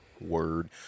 Word